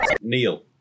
Neil